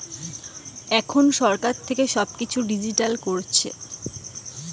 এখন সরকার থেকে সব কিছু ডিজিটাল করছে